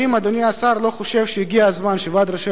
האם אדוני השר לא חושב שהגיע הזמן שוועד ראשי